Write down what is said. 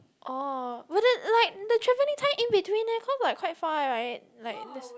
orh but the like the traveling time in between eh cause like quite far eh like that like there's